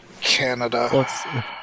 Canada